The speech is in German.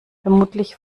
vermutlich